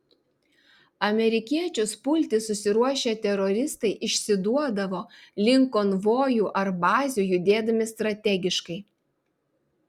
amerikiečius pulti susiruošę teroristai išsiduodavo link konvojų ar bazių judėdami strategiškai